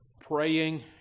Praying